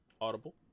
Audible